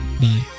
Bye